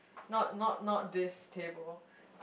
not not not this table